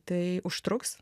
tai užtruks